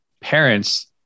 parents